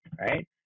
Right